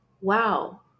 wow